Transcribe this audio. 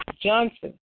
Johnson